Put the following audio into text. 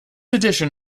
addition